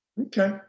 Okay